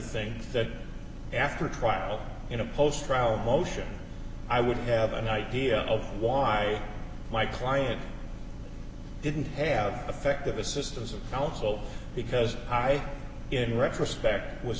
think that after a trial in a post trial motion i would have an idea of why my client didn't have affective assistance of counsel because in retrospect was